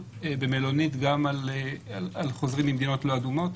במלונית גם על חוזרים ממדינות לא אדומות.